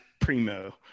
primo